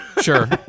sure